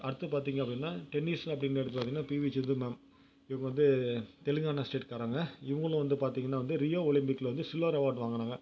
அடுத்து பார்த்தீங்க அப்படின்னா டென்னிஸ்ஸு அப்படின்னு எடுத்து பார்த்தீங்கன்னா பிவி சிந்து மேம் இவங்க வந்து தெலுங்கானா ஸ்டேட்காரங்க இவங்களும் வந்து பார்த்தீங்கன்னா வந்து ரியோ ஒலிம்பிக்கில் வந்து சில்வர் அவார்டு வாங்கினாங்க